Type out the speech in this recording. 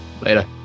Later